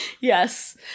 Yes